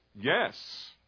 yes